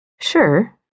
Sure